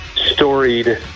storied